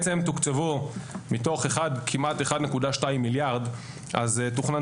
מתוך תקציב כמעט 1.2 מיליארד ₪ תוכנן